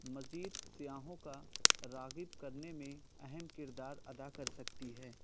مزید سیاحوں کا راغب کرنے میں اہم کردار ادا کر سکتی ہے